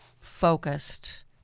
focused